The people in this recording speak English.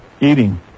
Eating